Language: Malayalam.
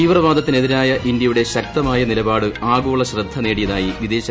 തീവ്രവാദത്തിനെതിരായ ഇന്ത്യയുടെ ശക്തമായ നിലപാട് ആഗോള ശ്രദ്ധ നേടിയതായി വിദേശകാരൃമന്ത്രി എസ്